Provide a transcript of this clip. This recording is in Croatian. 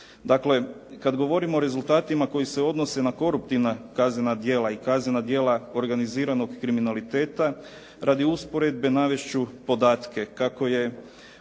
kada govorimo o rezultatima koji se odnose na koruptivna djela i kaznena djela organiziranog kriminaliteta, radi usporedbe navest ću podatke kako je